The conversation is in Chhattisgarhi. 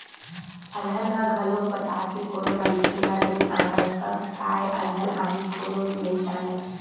अलहन ह घलोक बता के कोनो मनखे ल नइ आवय, कब काय अलहन आही कोनो नइ जानय